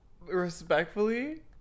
Respectfully